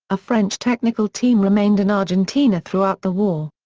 a french technical team remained in argentina throughout the war.